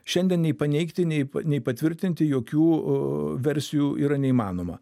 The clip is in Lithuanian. šiandien nei paneigti nei pa nei patvirtinti jokių versijų yra neįmanoma